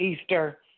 Easter